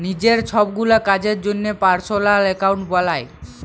লিজের ছবগুলা কাজের জ্যনহে পার্সলাল একাউল্ট বালায়